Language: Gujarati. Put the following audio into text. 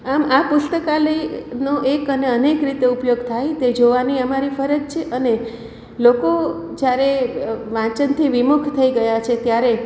આમ આ પુસ્તકાલયનો એક અને અનેક રીતે ઉપયોગ થાય તે જોવાની અમારી ફરજ છે અને લોકો જ્યારે વાંચનથી વિમુખ થઈ ગયા છે ત્યારે